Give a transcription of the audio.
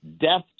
death